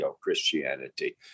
Christianity